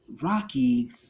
Rocky